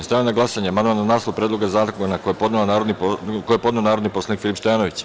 Stavljam na glasanje amandman na naslov Predloga zakona koji je podneo narodni poslanik Filip Stojanović.